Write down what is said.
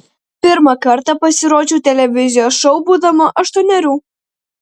pirmą kartą pasirodžiau televizijos šou būdama aštuonerių